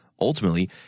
ultimately